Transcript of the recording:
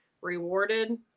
rewarded